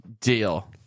Deal